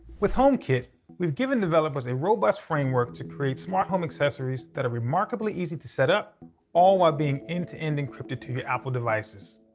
with homekit, we've given developers a robust framework to create smart home accessories that are remarkably easy to set up all while being end-to-end encrypted to your apple devices.